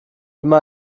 immer